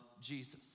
Jesus